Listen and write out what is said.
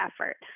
effort